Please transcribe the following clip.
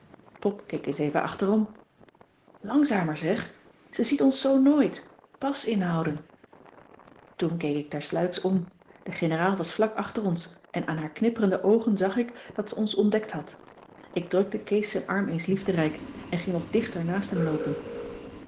pop keek eens even achterom langzamer zeg ze ziet ons zoo nooit pas inhouden toen keek ik tersluiks om de generaal was vlak achter ons en aan haar knippende oogen zag ik dat ze ons ontdekt had ik drukte kees z'n arm eens liefderijk en ging nog dichter naast hem loopen